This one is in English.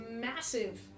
massive